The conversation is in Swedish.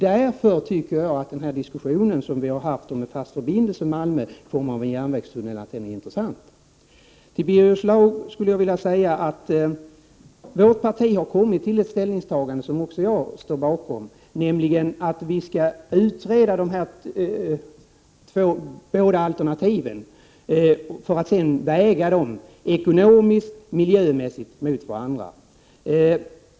Därför tycker jag att denna diskussion som vi har haft om en fast förbindelse Malmö-Köpenhamn i form av en järnvägstunnel är intressant. Till Birger Schlaug vill jag säga att vårt parti har kommit till ett ställningstagande som också jag står bakom, nämligen att vi skall utreda de båda alternativen för att sedan väga dem ekonomiskt och miljömässigt mot varandra.